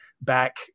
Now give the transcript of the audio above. back